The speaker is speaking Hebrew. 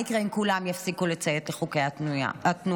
מה יקרה אם כולם יפסיקו לציית לחוקי התנועה?